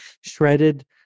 shredded